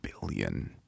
billion